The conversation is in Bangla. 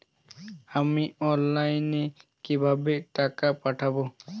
আমি অনলাইনে কিভাবে টাকা পাঠাব?